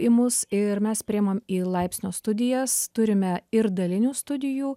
į mus ir mes priimam į laipsnio studijas turime ir dalinių studijų